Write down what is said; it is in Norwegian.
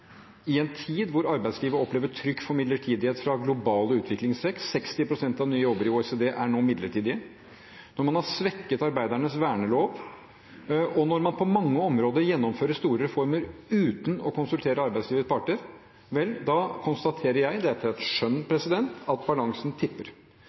i en tid da arbeidslivet opplever trykk for midlertidighet fra globale utviklingstrekk – 60 pst. av nye jobber i OECD er nå midlertidige – når man har svekket arbeidernes vernelov, og når man på mange områder gjennomfører store reformer uten å konsultere arbeidslivets parter, vel da konstaterer jeg, dette er et skjønn,